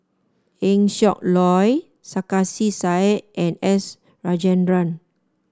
Eng Siak Loy Sarkasi Said and S Rajendran